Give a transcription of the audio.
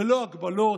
ללא הגבלות,